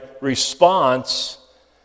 response